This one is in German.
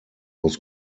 aus